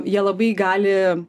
jie labai gali